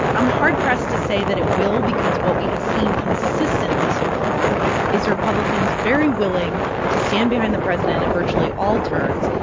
i'm hard-pressed to say that it will because what we have seen consistently so far is republicans very willing to stand behind the president at virtually all turns.